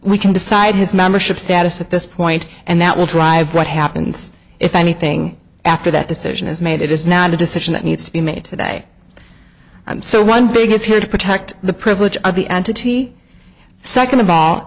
we can decide his membership status at this point and that will drive what happens if anything after that decision is made it is not a decision that needs to be made today i'm so one thing is here to protect the privilege of the entity second of all